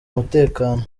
umutekano